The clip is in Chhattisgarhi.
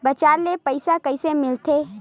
बजार ले पईसा कइसे मिलथे?